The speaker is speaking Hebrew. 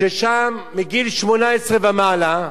ששם, מגיל 18 ומעלה,